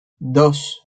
dos